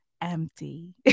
empty